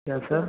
क्या सर